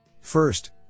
First